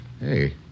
Hey